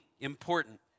important